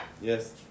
Yes